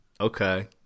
Okay